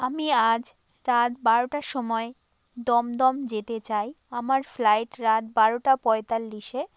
আমি আজ রাত বারোটার সময় দমদম যেতে চাই আমার ফ্লাইট রাত বারোটা পঁয়তাল্লিশে